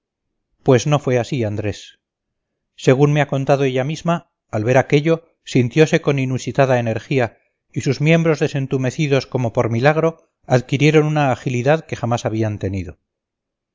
pues no fue así andrés según me ha contado ella misma al ver aquello sintiose con inusitada energía y sus miembros desentumecidos como por milagro adquirieron una agilidad que jamás habían tenido